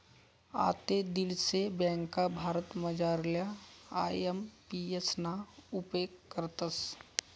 आते दीडशे ब्यांका भारतमझारल्या आय.एम.पी.एस ना उपेग करतस